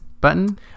button